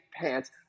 pants